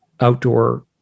outdoor